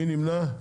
מי נמנע?